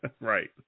Right